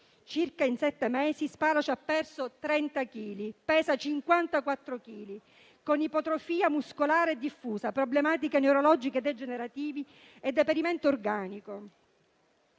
circa sette mesi, ne ha persi 30 e ne pesa 54, con ipotrofia muscolare diffusa, problematiche neurologiche degenerative e deperimento organico.